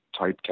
typecast